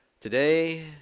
today